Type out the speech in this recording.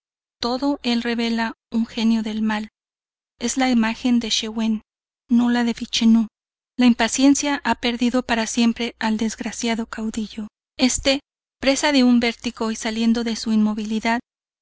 todo el rebela un genio del mal es la imagen de schiwen y no la de vichenú la impaciencia ha perdido para siempre al desgraciado caudillo este presa de un vértigo y saliendo de su inmovilidad